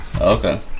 Okay